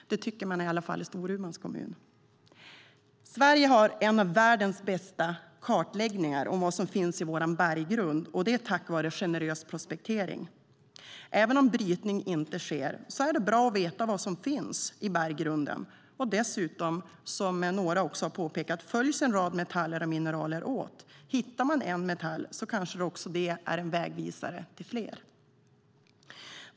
Det tycker man i alla fall i Storuman. Sverige har en av världens bästa kartläggningar av vad som finns i vår berggrund, detta tack vare generös prospektering. Även om brytning inte sker är det bra att veta vad som finns i berggrunden. Dessutom, som några har påpekat, följs en rad metaller och mineraler åt. Hittar man en metall kanske det är en vägvisare till fler.